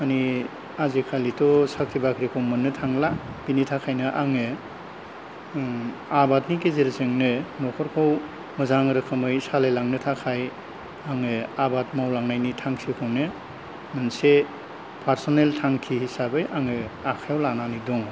माने आजिकालिथ' साख्रि बाख्रिखौ मोननो थांला बेनि थाखायनो आङो आबादनि गेजेरजोंनो न'खरखौ मोजां रोखोमै सालायलांनो थाखाय आङो आबाद मावलांनायनि थांखिखौनो मोनसे पारसनेल थांखि हिसाबै आङो आखायाव लानानै दङ